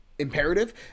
imperative